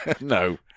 No